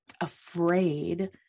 afraid